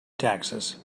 taxes